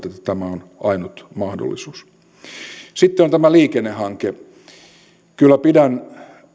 että tämä on ainut mahdollisuus sitten on tämä liikennehanke kyllä pidän